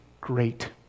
great